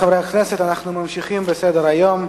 בעד, 7, נגד, אין, נמנעים, אין.